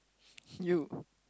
you